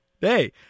Hey